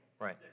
Right